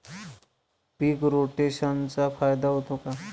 पीक रोटेशनचा फायदा होतो का?